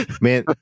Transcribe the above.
Man